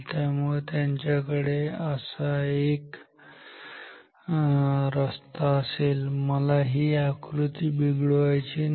त्यामुळे त्यांच्याकडे असा बंद रस्ता असेल मला ही आकृती बिघडवायची नाही